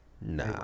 Nah